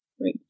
right